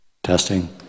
testing